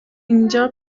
اینجا